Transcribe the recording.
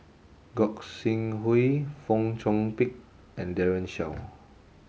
Gog Sing Hooi Fong Chong Pik and Daren Shiau